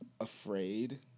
afraid